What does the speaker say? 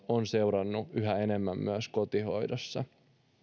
on seurannut yhä enemmän myös kotihoidossa